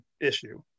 issue